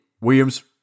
Williams